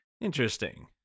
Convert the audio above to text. Interesting